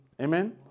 Amen